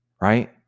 Right